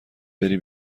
بروی